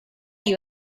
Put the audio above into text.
you